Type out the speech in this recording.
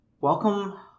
welcome